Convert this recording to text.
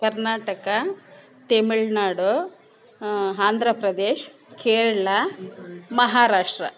Karnataka Tamil Nadu Andhra Pradesh Kerala Maharashtra